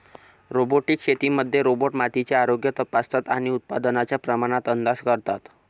robotic शेतीमध्ये robot मातीचे आरोग्य तपासतात आणि उत्पादनाच्या प्रमाणात अंदाज करतात